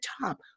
top